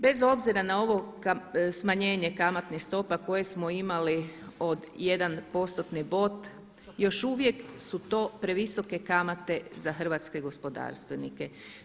Bez obzira na ovo smanjenje kamatnih stopa koje smo imali od jedan postotni bod, još uvijek su to previsoke kamate za hrvatske gospodarstvenike.